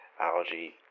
algae